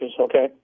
Okay